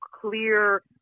clear